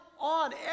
on